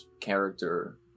character